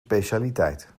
specialiteit